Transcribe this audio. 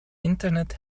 internet